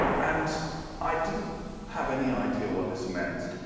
and i didn't have any idea what this meant.